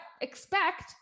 expect